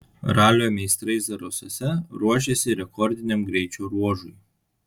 ralio meistrai zarasuose ruošiasi rekordiniam greičio ruožui